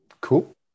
Cool